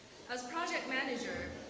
as project manager,